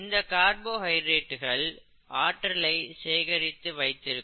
இந்த கார்போஹைட்ரேட்டுகள் ஆற்றலை சேகரித்து வைத்திருக்கும்